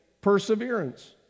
perseverance